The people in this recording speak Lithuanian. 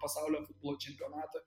pasaulio futbolo čempionatą